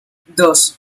dos